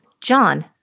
John